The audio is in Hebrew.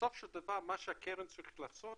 בסופו של דבר מה שהקרן צריכה לעשות,